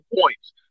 points